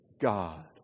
God